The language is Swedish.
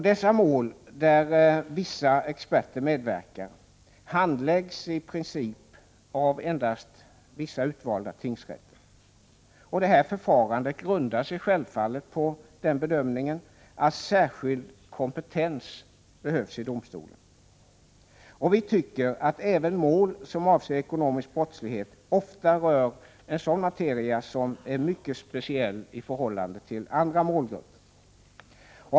Dessa mål, där vissa experter medverkar, handläggs i princip av endast vissa utvalda tingsrätter. Det här förfarandet grundar sig självfallet på den bedömningen att särskild kompetens behövs i domstolen. Vi tycker att även mål som avser ekonomisk brottslighet ofta rör materia som är mycket speciell i förhållande till andra typer av mål.